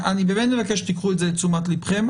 אני באמת מבקש שתיקחו את זה לתשומת לבכן.